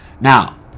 Now